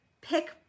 pick